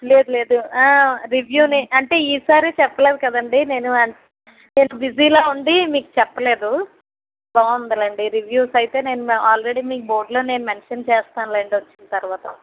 లేదు లేదు రివ్యూ అంటే ఈ సారి చెప్పలేదు కదండి నేను నేను బిజీలో ఉండి మీకు చెప్పలేదు బాగుంది లేండి రివ్యూస్ అయితే నేను ఆల్రెడీ మీకు బోర్డ్లో మెన్షన్ చేస్తానులేండి వచ్చిన తర్వాత